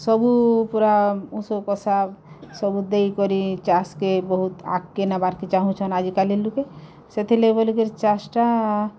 ସବୁ ପୂରା ଉଷୋକଷା ସବୁ ଦେଇକରି ଚାଷ୍କେ ବହୁତ୍ ଆଗ୍କେ ନେବାର୍କେ ଚାହୁଛନ୍ ଆଜିକାଲିର୍ ଲୁକେ ସେଥିର୍ଲାଗିର୍ ବଲିକରି ଚାଷ୍ଟା